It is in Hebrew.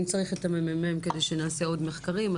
אם צריך את הממ"מ כדי שנעשה עוד מחקרים,